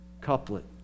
couplet